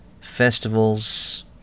festivals